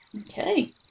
Okay